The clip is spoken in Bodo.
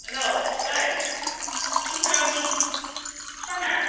हेल्ल' ओइ फुंसोरांनि बिफा ना